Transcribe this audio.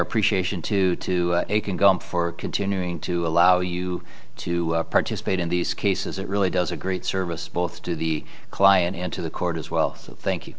appreciation to a can go on for continuing to allow you to participate in these cases it really does a great service both to the client into the court as well thank you